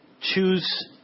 choose